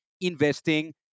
investing